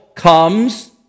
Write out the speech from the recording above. Comes